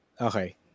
Okay